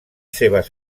seves